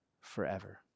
forever